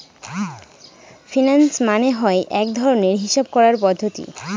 finance মানে হয় এক রকমের হিসাব করার পদ্ধতি